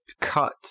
cut